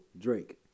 Drake